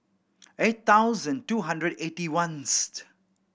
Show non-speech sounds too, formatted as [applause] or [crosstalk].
eight thousand two hundred eighty one [unintelligible]